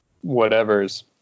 whatever's